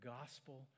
gospel